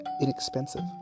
Inexpensive